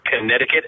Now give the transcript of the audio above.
connecticut